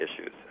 issues